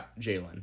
Jalen